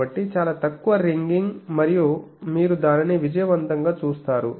కాబట్టి చాలా తక్కువ రింగింగ్ మరియు మీరు దానిని విజయవంతంగా చూస్తారు